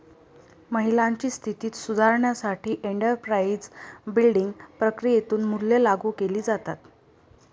महिलांची स्थिती सुधारण्यासाठी एंटरप्राइझ बिल्डिंग प्रक्रियेतून मूल्ये लागू केली जातात